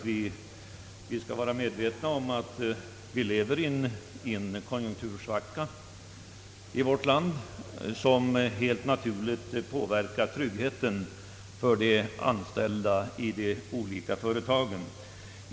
Vi är självfallet medvetna om att vi lever i en konjunktursvacka, som helt naturligt påverkar tryggheten för de anställda vid olika företag.